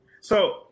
So-